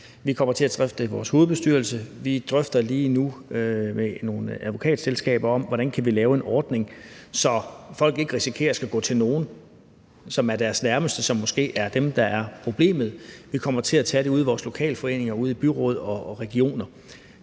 vi drøfter lige nu med nogle advokatselskaber om, hvordan vi kan lave en ordning, så folk ikke risikerer at skulle gå til nogen, som er deres nærmeste, og som måske er dem, der er problemet. Vi kommer til at tage det ude i vores lokalforeninger, ude i byråd og i regioner.